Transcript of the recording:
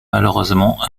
malheureusement